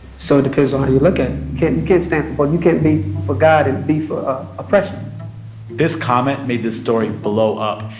so it depends on how you look at it. you can't stand for but you can't be for god and be for ah oppression this comment made this story blow up.